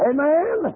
Amen